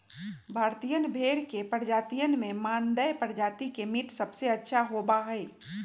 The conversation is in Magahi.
भारतीयन भेड़ के प्रजातियन में मानदेय प्रजाति के मीट सबसे अच्छा होबा हई